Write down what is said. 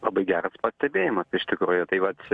labai geras pastebėjimas iš tikrųjų tai vat